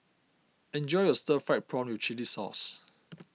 enjoy your Stir Fried Prawn with Chili Sauce